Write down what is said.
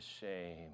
shame